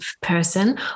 person